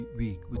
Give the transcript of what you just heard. week